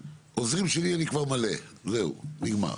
העוזרים שלי, אני כבר מלא, זהו, נגמר.